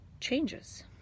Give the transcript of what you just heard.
changes